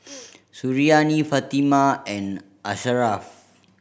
Suriani Fatimah and Asharaff